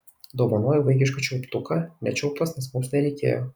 dovanoju vaikišką čiulptuką nečiulptas nes mums nereikėjo